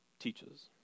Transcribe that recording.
Teaches